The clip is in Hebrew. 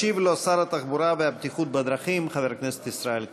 ישיב לו שר התחבורה והבטיחות בדרכים חבר הכנסת ישראל כץ.